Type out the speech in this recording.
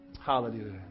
Hallelujah